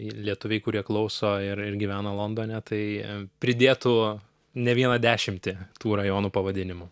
lietuviai kurie klauso ir ir gyvena londone tai pridėtų ne vieną dešimtį tų rajonų pavadinimų